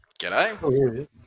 G'day